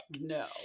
No